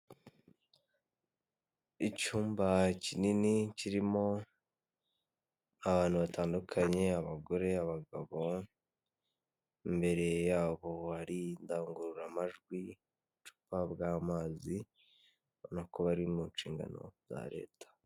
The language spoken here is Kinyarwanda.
Icyumba kinini kirimo abantu batandukanye abagore, abagabo imbere yabo hari indangururamajwi n'ubucupa bw'amazi urabona ko bari mu nshingano za leta .